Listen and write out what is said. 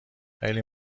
خیلی